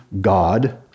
God